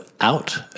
out